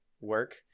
work